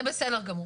זה בסדר גמור.